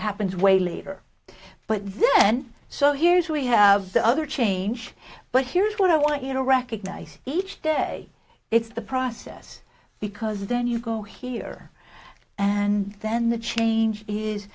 happens way later but then so here's we have the other change but here's what i want you to recognize each day it's the process because then you go here and then the change is